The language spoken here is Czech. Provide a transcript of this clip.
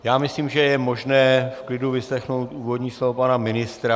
Já myslím, že je možné v klidu vyslechnout úvodní slovo pana ministra.